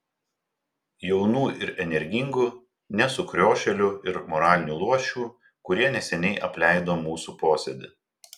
jaunų ir energingų ne sukriošėlių ir moralinių luošių kurie neseniai apleido mūsų posėdį